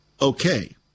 Okay